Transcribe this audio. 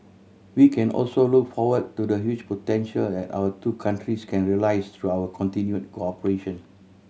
we can also look forward to the huge potential that our two countries can realise through our continued cooperation